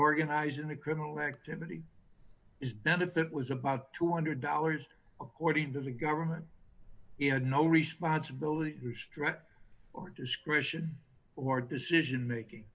organizing the criminal activity is that if it was about two hundred dollars according to the government it had no responsibility to stress or discretion or decision making